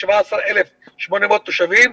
17,800 תושבים.